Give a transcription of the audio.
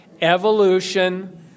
evolution